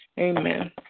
Amen